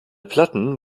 platten